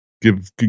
give